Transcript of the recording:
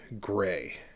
gray